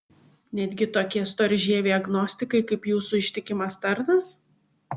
netgi tokie storžieviai agnostikai kaip jūsų ištikimas tarnas